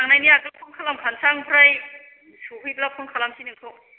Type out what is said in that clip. थांनायनि आगोल फन खालामखानोसै आं ओमफ्राय सौहैब्ला फन खालामनोसै नोंखौ